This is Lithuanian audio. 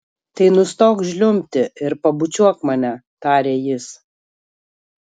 tai nustok žliumbti ir pabučiuok mane tarė jis